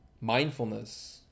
mindfulness